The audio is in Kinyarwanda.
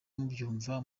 mubyumva